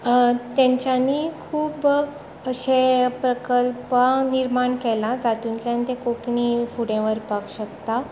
तांच्यांनी खूब अशे प्रकल्पां निर्माण केला जातूंतल्यान ते कोंकणी फुडें व्हरपाक शकता